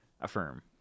affirm